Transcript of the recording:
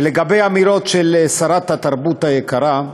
לגבי האמירות של שרת התרבות היקרה,